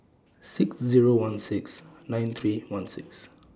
six Zero one six nine three one six